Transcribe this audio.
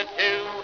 two